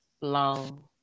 Long